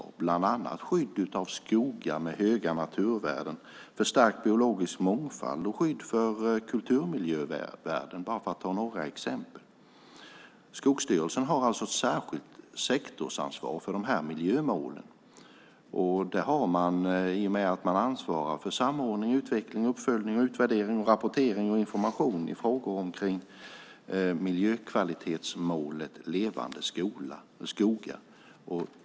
Det gäller bland annat skydd av skogar med höga naturvärden, förstärkt biologisk mångfald och skydd för kulturmiljövärden, bara för att ta några exempel. Skogsstyrelsen har ett särskilt sektorsansvar för dessa miljömål. Det har den i och med att man ansvarar för samordning, utveckling, uppföljning, utvärdering, rapportering och information i frågor om miljökvalitetsmålet Levande skogar.